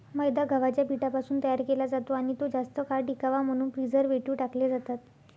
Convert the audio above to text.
मैदा गव्हाच्या पिठापासून तयार केला जातो आणि तो जास्त काळ टिकावा म्हणून प्रिझर्व्हेटिव्ह टाकले जातात